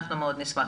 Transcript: אנחנו מאוד נשמח,